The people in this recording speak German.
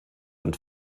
und